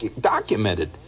documented